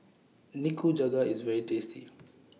Nikujaga IS very tasty